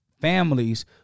families